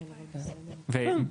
כן.